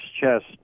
chest